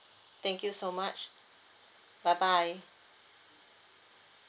thank you so much bye bye